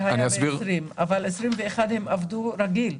זה היה ב-2020, אבל 2021 הם עבדו רגיל.